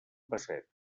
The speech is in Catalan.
pessetes